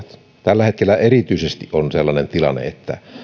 tällä hetkellä erityisesti on sellainen tilanne että